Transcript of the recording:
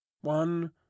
One